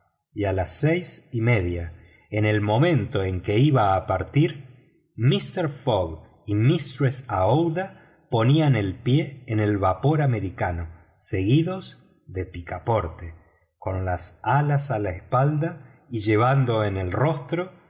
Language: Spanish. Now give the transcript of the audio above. y a las seis y media en el momento en que iba a partir mister fogg y mistress aouida ponían el pie en el vapor americano seguidos de picaporte con las alas a la espalda y llevando en el rostro